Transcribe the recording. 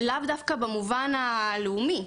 לאו דווקא במובן הלאומי.